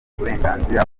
uburenganzira